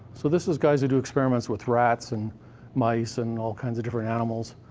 so this is guys who do experiments with rats and mice and all kinds of different animals.